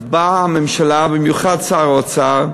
אז באה הממשלה, במיוחד שר האוצר,